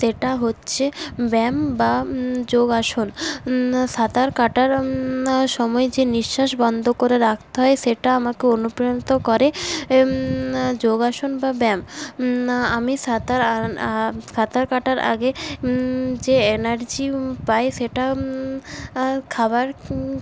সেটা হচ্ছে ব্যায়াম বা যোগাসন সাঁতার কাটার সময় যে নিঃশ্বাস বন্ধ করে রাখতে হয় সেটা আমাকে অনুপ্রাণিত করে যোগাসন বা ব্যায়াম আমি সাঁতার সাঁতার কাটার আগে যে এনার্জি পাই সেটা খাবার